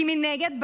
כי מנגד,